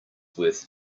worth